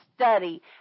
study